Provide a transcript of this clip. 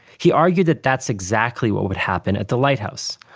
he argued that that's exactly what would happen at the lighthouse.